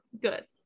good